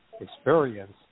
experience